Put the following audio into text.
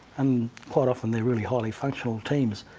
um quite often, they're really highly functional teams.